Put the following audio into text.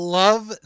love